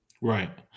Right